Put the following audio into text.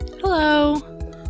Hello